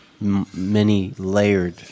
many-layered